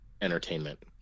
entertainment